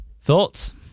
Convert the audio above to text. Thoughts